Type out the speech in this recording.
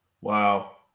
Wow